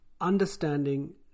Understanding